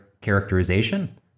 characterization